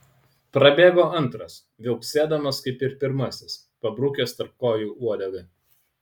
prabėgo antras viauksėdamas kaip ir pirmasis pabrukęs tarp kojų uodegą